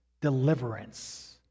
deliverance